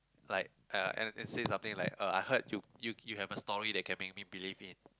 like uh and and say something like uh I heard you you you have a story that can make me believe in